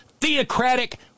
theocratic